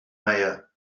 maher